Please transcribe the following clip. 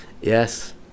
Yes